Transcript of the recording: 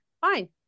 fine